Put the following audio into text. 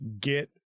get